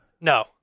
no